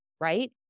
right